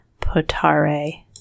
potare